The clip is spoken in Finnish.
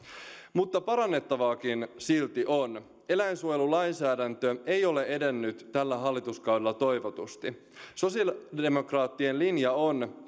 mutta parannettavaakin silti on eläinsuojelulainsäädäntö ei ole edennyt tällä hallituskaudella toivotusti sosiaalidemokraattien linja on